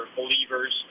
believers